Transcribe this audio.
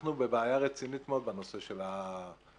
אנחנו בבעיה רצינית מאוד בנושא של הפיקוח.